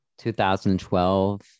2012